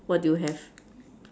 what do you have